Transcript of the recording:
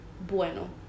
bueno